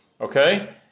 Okay